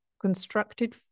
constructed